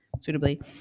suitably